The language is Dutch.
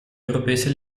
europese